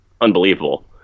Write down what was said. unbelievable